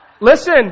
Listen